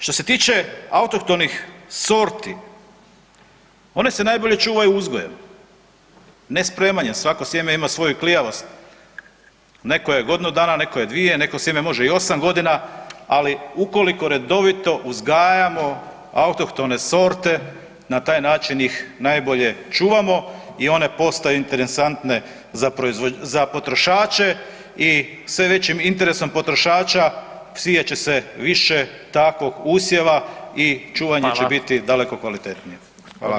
Što se tiče autohtonih sorti, one se najbolje čuvaju uzgojem, ne spremanjem, svako sjeme ima svoju klijalost, neko je godinu dana, neko je dvije, neko sjeme može i 8.g., ali ukoliko redovito uzgajamo autohtone sorte na taj način ih najbolje čuvamo i one postaju interesantne za potrošače i sve većim interesom potrošača sijat će se više takvog usjeva i čuvanje će biti daleko kvalitetnije.